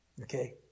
Okay